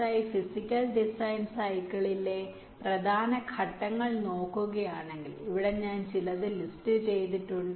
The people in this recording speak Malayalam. ഐ ഫിസിക്കൽ ഡിസൈൻ സൈക്കിളിലെ പ്രധാന ഘട്ടങ്ങൾ നോക്കുകയാണെങ്കിൽ ഇവിടെ ഞാൻ ചിലത് ലിസ്റ്റ് ചെയ്തിട്ടുണ്ട്